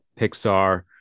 Pixar